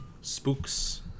Spooks